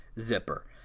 Zipper